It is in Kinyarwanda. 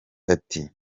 ati